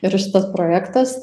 ir šitas projektas